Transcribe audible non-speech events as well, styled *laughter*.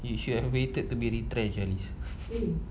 you should have waited to be retrenched ah liz *laughs*